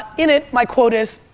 in it my quote is,